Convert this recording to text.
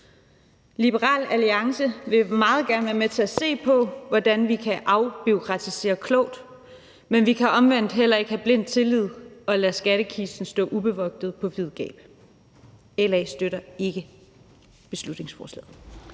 Liberal Alliance vil meget gerne være med til at se på, hvordan vi kan afbureaukratisere klogt, men vi kan omvendt heller ikke have blind tillid og lade skattekisten stå ubevogtet på vid gab. LA støtter ikke beslutningsforslaget.